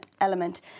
element